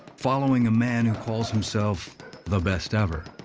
following a man who calls himself the best ever.